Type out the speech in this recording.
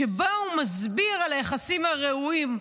שבו הוא מסביר על היחסים הרעועים.